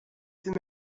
them